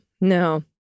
no